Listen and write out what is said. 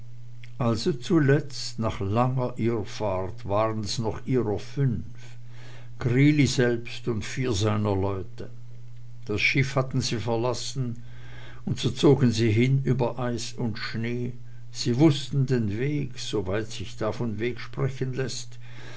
also zuletzt nach langer irrfahrt waren's noch ihrer fünf greeley selbst und vier seiner leute das schiff hatten sie verlassen und so zogen sie hin über eis und schnee sie wußten den weg soweit sich da von weg sprechen läßt